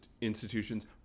institutions